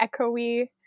echoey